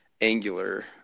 Angular